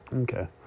Okay